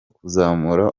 kuzamura